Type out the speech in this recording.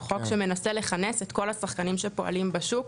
הוא חוק שמנסה לכנס את כל השחקנים שפועלים בשוק